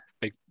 big